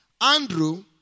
Andrew